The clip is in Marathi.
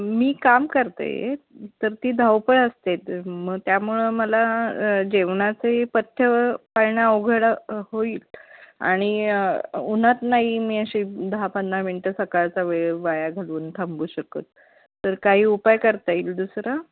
मी काम करते तर ती धावपळ असते मग त्यामुळं मला जेवणाचे पथ्य पाळणं अवघड होईल आणि उन्हात नाही मी अशी दहा पंधरा मिनटं सकाळचा वेळ वाया घालवून थांबू शकत तर काही उपाय करता येईल दुसरा